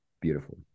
Beautiful